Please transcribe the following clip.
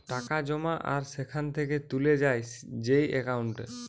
টাকা জমা আর সেখান থেকে তুলে যায় যেই একাউন্টে